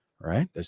Right